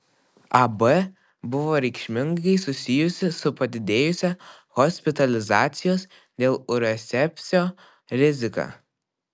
ab buvo reikšmingai susijusi su padidėjusia hospitalizacijos dėl urosepsio rizika